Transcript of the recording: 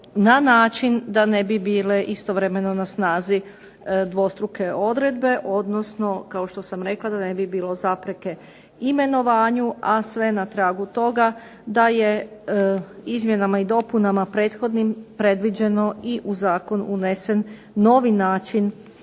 na način da ne bi bile istovremeno na snazi dvostruke odredbe, odnosno kao što sam rekla da ne bi bilo zapreke imenovanju, a sve na tragu toga da je izmjenama i dopunama prethodnim predviđeno i u zakon unesen novi način